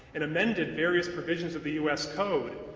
and amended various provisions of the u s. code